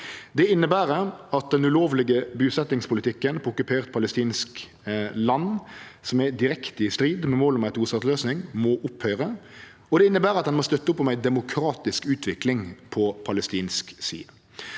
Det inneber at den ulovlege busetjingspolitikken på okkupert palestinsk land, som er direkte i strid med målet om ei tostatsløysing, må opphøyre. Det inneber at ein må støtte opp om ei demokratisk utvikling på palestinsk side.